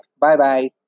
Bye-bye